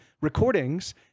recordings